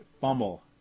fumble